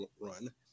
run